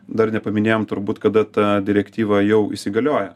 dar nepaminėjom turbūt kada ta direktyva jau įsigalioja